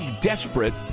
desperate